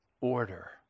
order